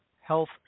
Health